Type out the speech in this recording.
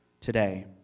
today